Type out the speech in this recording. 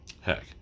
Heck